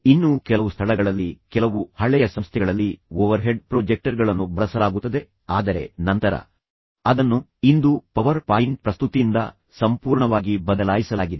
ಇನ್ನೂ ಕೆಲವು ಸ್ಥಳಗಳಲ್ಲಿ ಕೆಲವು ಹಳೆಯ ಸಂಸ್ಥೆಗಳಲ್ಲಿ ಓವರ್ಹೆಡ್ ಪ್ರೊಜೆಕ್ಟರ್ಗಳನ್ನು ಬಳಸಲಾಗುತ್ತದೆ ಆದರೆ ನಂತರ ಅದನ್ನು ಇಂದು ಪವರ್ ಪಾಯಿಂಟ್ ಪ್ರಸ್ತುತಿಯಿಂದ ಸಂಪೂರ್ಣವಾಗಿ ಬದಲಾಯಿಸಲಾಗಿದೆ